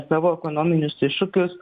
savo ekonominius iššūkius